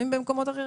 במקומות אחרים.